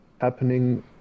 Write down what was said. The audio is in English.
happening